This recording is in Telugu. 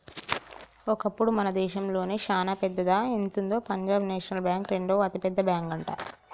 ఒకప్పుడు మన దేశంలోనే చానా పెద్దదా ఎంతుందో పంజాబ్ నేషనల్ బ్యాంక్ రెండవ అతిపెద్ద బ్యాంకట